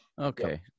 Okay